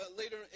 later